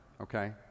okay